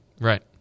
Right